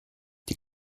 die